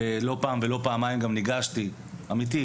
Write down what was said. ולא פעם ולא פעמיים גם ניגשתי למועדון,